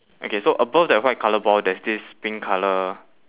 okay so above that white colour ball there's this pink colour